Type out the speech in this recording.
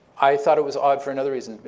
i thought it was odd for another reason,